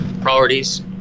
priorities